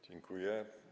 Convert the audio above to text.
Dziękuję.